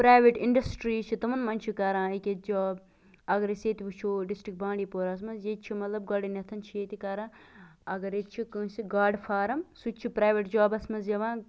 private industry چھِ تِمَن مَنٛز چھ کَران أکہ جاب اَگَر أسۍ ییٚتہِ وٕچھو ڈِسٹرک بانڈی پوراہَس مَنٛز ییٚتہِ چھُ مَطلَب گۄڈٕنیٚتھ چھِ ییٚتہِ کَران اَگَرے چھ کٲنٛسہِ گاڈٕ فارَم سُہ تہِ چھُ پریویٹ جابَس مَنٛز یِوان